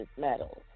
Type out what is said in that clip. metals